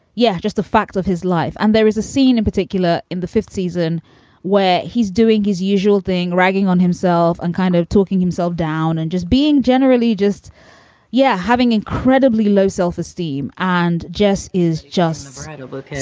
yeah, just the fact of his life. and there is a scene in particular in the fifth season where he's doing his usual thing, ragging on himself and kind of talking himself down and just being generally just yeah, having incredibly low self-esteem and just is just sort kind of of say,